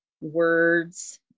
words